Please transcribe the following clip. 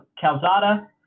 Calzada